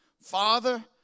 father